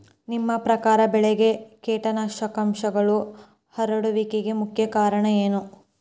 ನಿಮ್ಮ ಪ್ರಕಾರ ಬೆಳೆಗೆ ಕೇಟನಾಶಕಗಳು ಹರಡುವಿಕೆಗೆ ಮುಖ್ಯ ಕಾರಣ ಏನು?